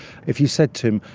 if you said to him,